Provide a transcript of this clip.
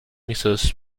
mrs